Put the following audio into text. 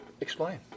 Explain